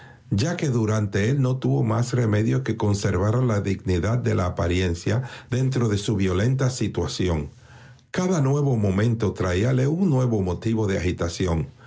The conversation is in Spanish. ya que durante él no tuvo más remedio que conservar la dignidad de la apariencia dentro de su violenta situación cada nuevo momento traíale un nuevo motivo de agitación